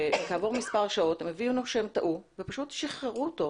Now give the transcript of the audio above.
כעבור מספר שעות הם הבינו שהם טעו ופשוט שחררו אותו,